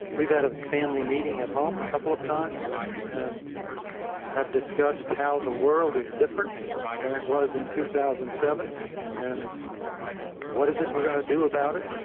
we've had a family meeting at home a couple of times and have discussed how the world is different than it was in two thousand and seven and what is it we're going to do about it.